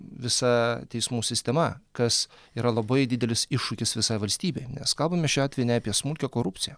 visa teismų sistema kas yra labai didelis iššūkis visai valstybei nes kalbame šiuo atveju ne apie smulkią korupciją